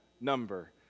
number